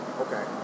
Okay